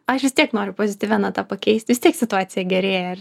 aš vis tiek noriu pozityvia nata pakeisti tik situacija gerėja ar